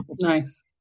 Nice